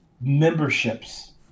memberships